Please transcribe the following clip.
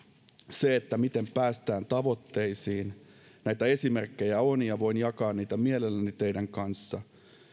siitä miten päästään tavoitteisiin on näitä esimerkkejä ja voin jakaa niitä mielelläni teidän kanssanne